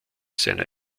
seiner